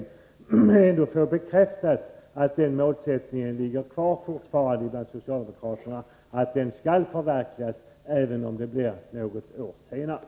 Jag vill gärna få bekräftat att socialdemokraterna fortfarande har kvar målsättningen att reformen skall förverkligas, även om det blir något år senare.